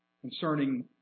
concerning